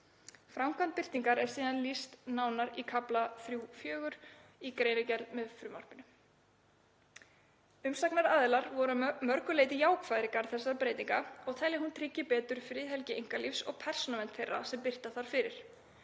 Framkvæmd birtingar er síðan lýst nánar í kafla 3.4. í greinargerð með frumvarpinu. Umsagnaraðilar voru að mörgu leyti jákvæðir í garð þessarar breytingar og telja að hún tryggi betur friðhelgi einkalífs og persónuvernd þeirra sem birta þarf fyrir.